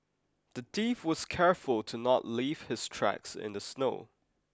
the thief was careful to not leave his tracks in the snow